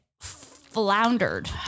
floundered